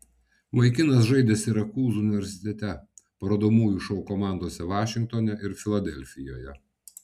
vaikinas žaidė sirakūzų universitete parodomųjų šou komandose vašingtone ir filadelfijoje